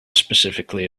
specifically